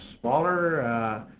smaller